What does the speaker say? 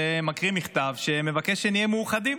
ומקריא מכתב שמבקש שנהיה מאוחדים.